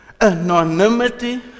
anonymity